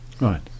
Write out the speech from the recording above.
Right